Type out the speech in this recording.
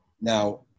now